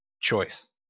choice